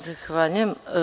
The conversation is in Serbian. Zahvaljujem.